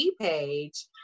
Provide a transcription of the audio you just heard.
page